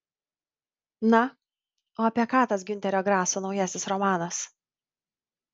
na o apie ką tas giunterio graso naujasis romanas